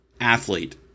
athlete